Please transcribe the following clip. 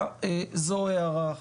זו הערה אחת.